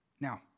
Now